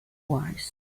wise